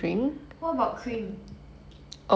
what about cream